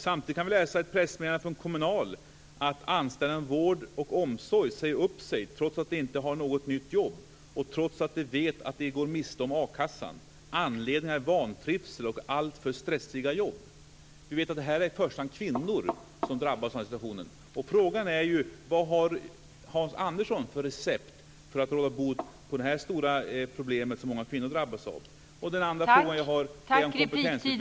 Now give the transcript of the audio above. Samtidigt kan vi i ett pressmeddelande från Kommunal läsa att anställda inom vård och omsorg säger upp sig, trots att de inte har något nytt jobb och trots att de vet att de går miste om akassan. Anledningen är vantrivsel och alltför stressiga jobb. Vi vet att det i första hand är kvinnor som drabbas i sådana här situationer. Frågan är vad Hans Andersson har för recept för att råda bot på det stora problem som många kvinnor drabbas av.